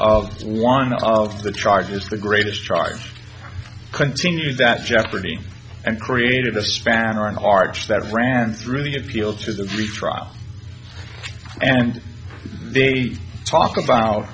of one of the charges the greatest charge continued that jeopardy and created the spammer an arch that ran through the appeal to the free trial and they talk about